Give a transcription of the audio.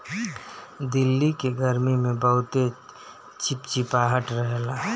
दिल्ली के गरमी में बहुते चिपचिपाहट रहेला